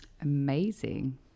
Amazing